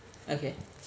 okay